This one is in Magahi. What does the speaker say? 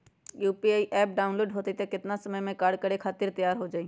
यू.पी.आई एप्प डाउनलोड होई त कितना समय मे कार्य करे खातीर तैयार हो जाई?